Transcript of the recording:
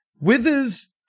Withers